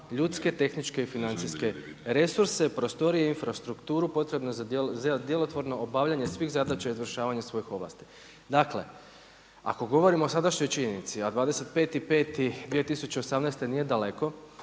ljudske, tehničke i financijske resurse, prostorije, infrastrukturu potrebne za djelotvorno obavljanje svih zadaća i izvršavanja svojih ovlasti. Dakle, ako govorimo o sadašnjoj činjenici, a 25.5.2018. nije daleko